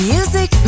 Music